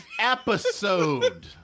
episode